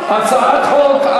הצעת החוק.